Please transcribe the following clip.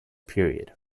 period